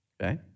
Okay